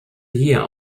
year